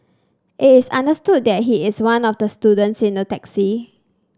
it is understood that he is one of the students in the taxi